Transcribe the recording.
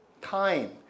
Time